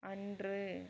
அன்று